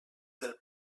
del